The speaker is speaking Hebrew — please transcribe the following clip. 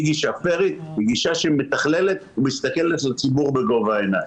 היא גישה פיירית והיא גישה שמתכללת ומסתכלת לציבור בגובה העיניים.